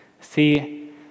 see